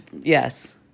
Yes